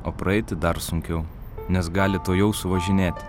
o praeiti dar sunkiau nes gali tuojau suvažinėti